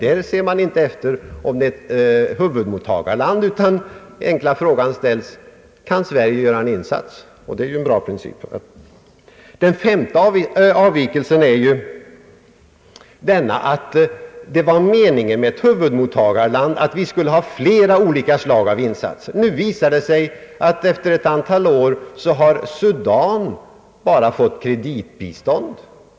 Där betyder det ingenting om insatsen skall ske i ett huvudmottagarland, utan den enkla och avgörande frågan är om Sverige kan göra en insats, vilket ju är en bra princip. Den femte avvikelsen gäller förhållandet att ett huvudmottagarland skulle bli föremål för flera olika slag av insatser. Nu har det efter ett antal år visat sig att Sudan enbart har fått kreditbistånd.